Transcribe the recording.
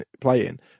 playing